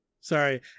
Sorry